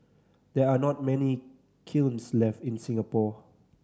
there are not many kilns left in Singapore